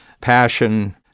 passion